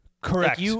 Correct